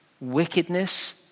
Wickedness